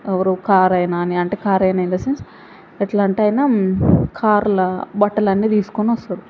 ఎవరు కారాయనని అంటే కారాయన ఇన్ ద సెన్స్ ఎట్లా అంటే ఆయన కారులో బట్టలన్నీ తీసుకొని వస్తాడు